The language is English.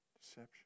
deception